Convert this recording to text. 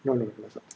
no lah it's not